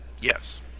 Yes